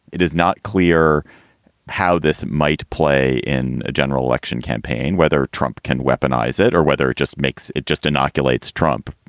it is not clear how this might play in a general election campaign, whether trump can weaponize it or whether it just makes it just inoculates trump.